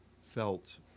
felt